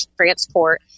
transport